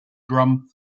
drum